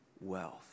wealth